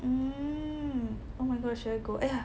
mmhmm oh my gosh should I go !aiya!